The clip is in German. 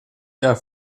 der